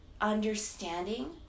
understanding